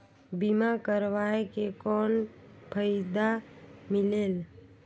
बीमा करवाय के कौन फाइदा मिलेल?